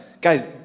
Guys